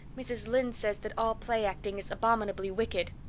mrs. lynde says that all play-acting is abominably wicked.